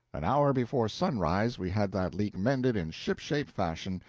an hour before sunrise we had that leak mended in ship-shape fashion,